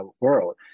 world